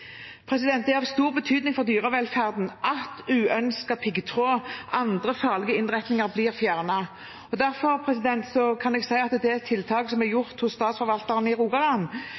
Det er av stor betydning for dyrevelferden at uønsket piggtråd og andre farlige innretninger blir fjernet. Derfor kan jeg si at det tiltaket som er gjort hos statsforvalteren i Rogaland,